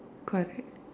quite big